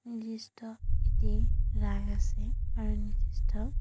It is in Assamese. নিৰ্দিষ্ট এটি ৰাগ আছে আৰু নিৰ্দিষ্ট